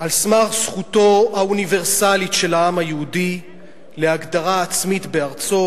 על סמך זכותו האוניברסלית של העם היהודי להגדרה עצמית בארצו,